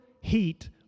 heat